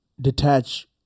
detach